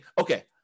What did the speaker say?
okay